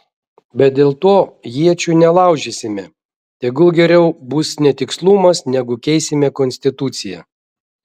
bet dėl to iečių nelaužysime tegul geriau bus netikslumas negu keisime konstituciją